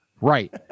right